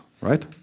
right